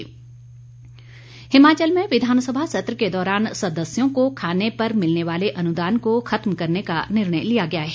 वक्तव्य हिमाचल में विधानसभा सत्र के दौरान सदस्यों को खाने पर मिलने वाले अनुदान को खत्म करने का निर्णय लिया गया है